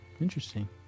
Interesting